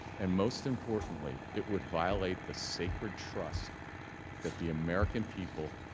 and most importantly it would violate the sacred trust that the american people